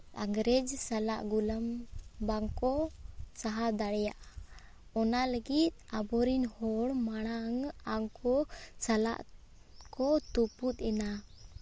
ᱤᱝᱨᱮᱡᱽ ᱥᱟᱞᱟᱜ ᱜᱩᱞᱟᱹᱢ ᱵᱟᱝᱠᱚ ᱥᱟᱦᱟ ᱫᱟᱲᱮᱭᱟᱜᱼᱟ ᱚᱱᱟ ᱞᱟᱹᱜᱤᱫ ᱟᱵᱚᱨᱤᱱ ᱦᱚᱲ ᱢᱟᱲᱟᱝ ᱟᱠᱚ ᱥᱟᱞᱟᱜ ᱠᱚ ᱛᱩᱯᱩᱫ ᱮᱱᱟ